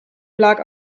lag